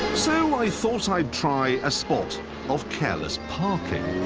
so i thought and i'd try a spot of careless parking.